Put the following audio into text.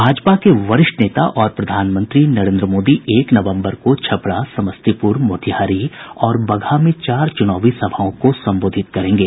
भाजपा के वरिष्ठ नेता और प्रधानमंत्री नरेन्द्र मोदी एक नवम्बर को छपरा समस्तीपूर मोतिहारी और बगहा में चार चुनावी सभाओं को संबोधित करेंगे